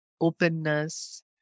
openness